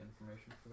information